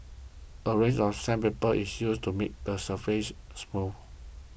a range of sandpaper is used to make the surface smooth